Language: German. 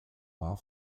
war